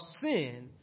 sin